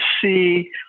see